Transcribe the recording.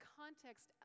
context